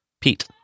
Pete